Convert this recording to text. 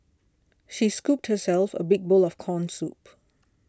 she scooped herself a big bowl of Corn Soup